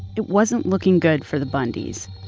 it wasn't looking good for the bundys.